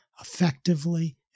effectively